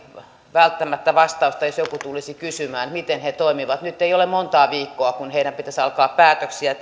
välttämättä vastausta jos joku tulisi kysymään miten he toimivat nyt ei ole monta viikkoa siihen kun heidän pitäisi alkaa päätöksiä